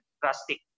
drastic